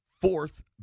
Fourth